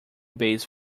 base